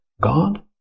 God